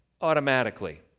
automatically